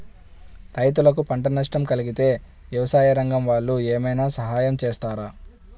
రైతులకు పంట నష్టం కలిగితే వ్యవసాయ రంగం వాళ్ళు ఏమైనా సహాయం చేస్తారా?